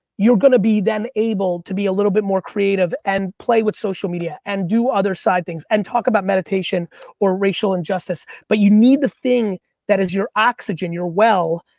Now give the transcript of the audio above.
you're gonna be then able to be a little bit more creative and play with social media and do other side things and talk about meditation or racial and justice. but you need the thing that is your oxygen, your well,